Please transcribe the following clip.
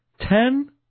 ten